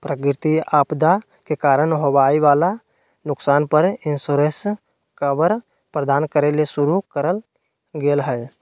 प्राकृतिक आपदा के कारण होवई वला नुकसान पर इंश्योरेंस कवर प्रदान करे ले शुरू करल गेल हई